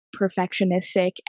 perfectionistic